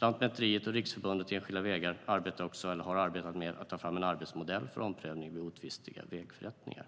Lantmäteriet och Riksförbundet Enskilda Vägar har också arbetat med att ta fram en arbetsmodell för omprövning vid otvistiga vägförrättningar.